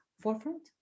forefront